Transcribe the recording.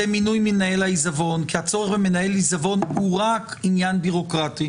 -- למינוי מנהל העיזבון כי הצורך במנהל העיזבון הוא רק עניין ביורוקרטי